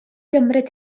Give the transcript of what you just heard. gymryd